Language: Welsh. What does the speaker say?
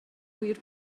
ŵyr